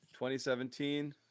2017